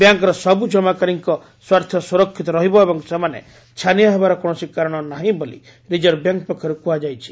ବ୍ୟାଙ୍କ୍ର ସବୁ ଜମାକାରୀଙ୍କ ସ୍ୱାର୍ଥ ସୁରକ୍ଷିତ ରହିବ ଏବଂ ସେମାନେ ଛାନିଆ ହେବାର କୌଣସି କାରଣ ନାହିଁ ବୋଲି ରିଜର୍ଭ ବ୍ୟାଙ୍କ୍ ପକ୍ଷରୁ କୁହାଯାଇଛି